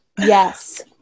Yes